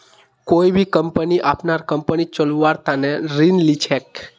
कोई भी कम्पनी अपनार कम्पनी चलव्वार तने ऋण ली छेक